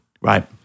right